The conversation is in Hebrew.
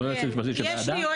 לא ליועצת המשפטית של הוועדה.